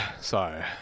Sorry